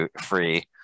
free